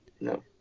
No